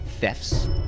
thefts